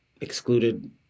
excluded